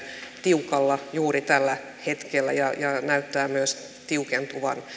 tiukalla juuri tällä hetkellä ja näyttää myös tiukentuvan